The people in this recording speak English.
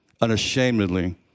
unashamedly